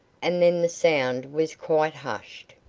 and then the sound was quite hushed.